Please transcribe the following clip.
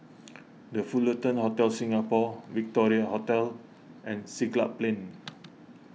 the Fullerton Hotel Singapore Victoria Hotel and Siglap Plain